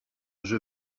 jeu